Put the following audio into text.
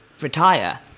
retire